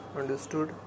understood